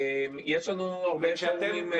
יש לנו הרבה פורומים.